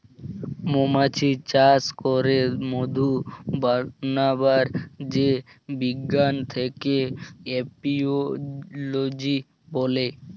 মমাছি চাস ক্যরে মধু বানাবার যে বিজ্ঞান থাক্যে এপিওলোজি ব্যলে